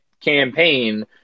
campaign